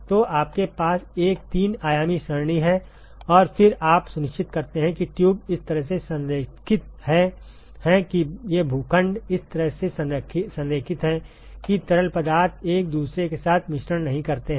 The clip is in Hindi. तो आपके पास एक तीन आयामी सरणी है और फिर आप सुनिश्चित करते हैं कि ट्यूब इस तरह से संरेखित हैं कि ये भूखंड इस तरह से संरेखित हैं कि तरल पदार्थ एक दूसरे के साथ मिश्रण नहीं करते हैं